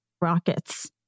rockets